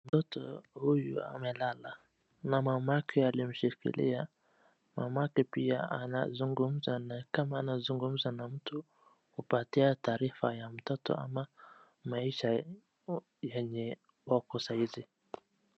Mtoto huyu amelala na mamake amemshikilia mamake pia anazungumza na mtu kumpatia taarifa ya mtoto ama maisha yenye wako saizi.